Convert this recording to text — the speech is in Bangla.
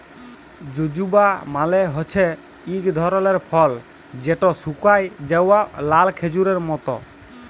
জুজুবা মালে হছে ইক ধরলের ফল যেট শুকাঁয় যাউয়া লাল খেজুরের মত